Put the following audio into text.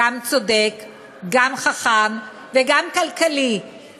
גם צודק, גם חכם וגם כלכלי, תודה.